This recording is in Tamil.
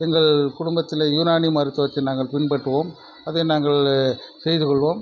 எங்கள் குடும்பத்தில் யுனானி மருத்துவத்தை நாங்கள் பின்பற்றுவோம் அதை நாங்கள் செய்து கொள்வோம்